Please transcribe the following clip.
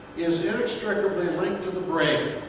is inextricably linked to the brain.